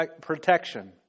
protection